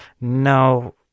No